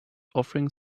offering